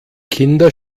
kinder